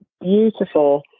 beautiful